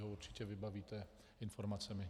Vy ho určitě vybavíte informacemi.